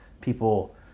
people